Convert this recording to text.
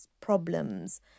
problems